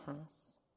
pass